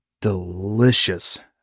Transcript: delicious